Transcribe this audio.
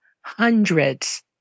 hundreds